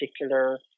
particular